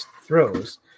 throws